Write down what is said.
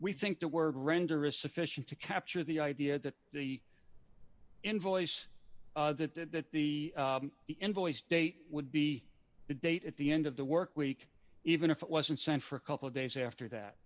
we think the word render is sufficient to capture the idea that the invoice that the invoice date would be the date at the end of the work week even if it wasn't sent for a couple of days after that